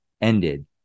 ended